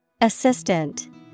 Assistant